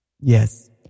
Yes